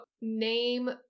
name